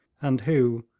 and who,